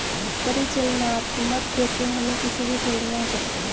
परिचालनात्मक जोखिम हमे किसी भी फील्ड में हो सकता है